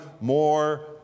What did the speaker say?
more